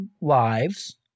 lives